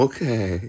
Okay